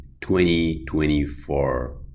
2024